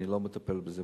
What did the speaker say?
אני לא מטפל בזה.